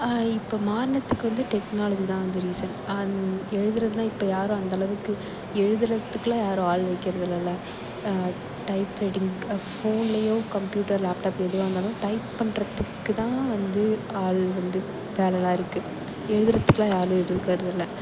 இப்போது மாறினதுக்கு வந்து டெக்னாலஜி தான் வந்து ரீசன் எழுதுகிறதுலாம் இப்போ யாரும் இப்போ அந்த அளவுக்கு எழுதுகிறதுக்குலாம் யாரும் ஆள் வைக்கிறது இல்லைல டைப்ரைட்டிங் ஃபோன்லேயோ கம்ப்யூட்டர் லேப்டாப் எதுவாக இருந்தாலும் டைப் பண்ணுறதுக்கு தான் வந்து ஆள் வந்து வேலை எல்லாம் இருக்குது எழுதுகிறதுக்குலாம் யாரும் எதுவும்